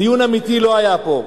דיון אמיתי לא היה פה.